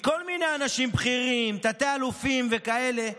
מכל מיני אנשים בכירים, תתי-אלופים וכאלה,